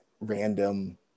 random